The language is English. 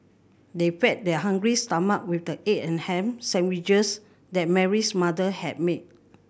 they fed their hungry stomach with the egg and ham sandwiches that Mary's mother had made